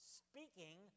speaking